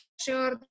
sure